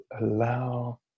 allow